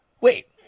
Wait